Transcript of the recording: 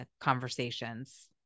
conversations